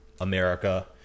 America